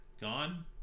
gone